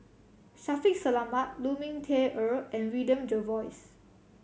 Shaffiq Selamat Lu Ming Teh Earl and William Jervois